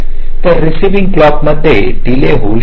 तर receiving clock मध्ये delay होऊ शकतो